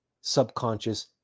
subconscious